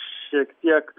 šiek tiek